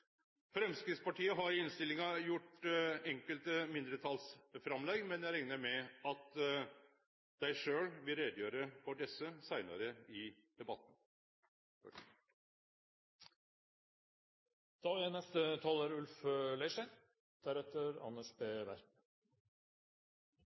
har i innstillinga kome med enkelte mindretalsframlegg, men eg reknar med at dei sjølve vil gjere greie for desse seinare i debatten. La meg aller først få takke saksordføreren for godt samarbeid om saken. Dette er